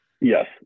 Yes